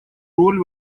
роль